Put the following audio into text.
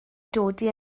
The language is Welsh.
dodi